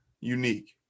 unique